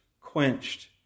quenched